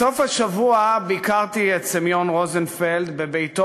בסוף השבוע ביקרתי את סמיון רוזנפלד בביתו